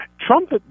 Trump